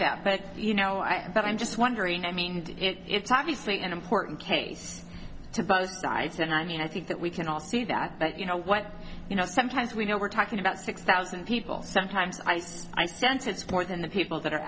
doubt but you know i but i'm just wondering i mean it's obviously an important case to both sides and i mean i think that we can all see that but you know what you know sometimes we know we're talking about six thousand people sometimes i say i sense it's more than the people that are